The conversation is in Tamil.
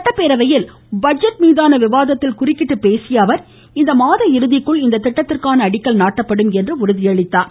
சட்டப்பேரவையில் பட்ஜெட் மீதான விவாதத்தில் குறுக்கிட்டு பேசிய அவர் இம்மாத இறுதிக்குள் இந்த திட்டத்திற்கான அடிக்கல் நாட்டப்படும் என்று உறுதியளித்தார்